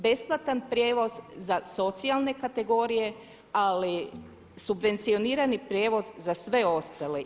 Besplatan prijevoz za socijalne kategorije, ali subvencionirani prijevoz za sve ostale.